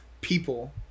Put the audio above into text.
people